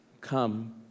come